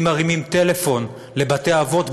אם מרימים טלפון לבתי-אבות,